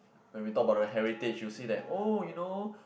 when we talked about the heritage you said that oh you know